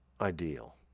ideal